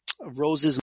Rose's